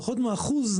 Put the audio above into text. פחות מ-1% ,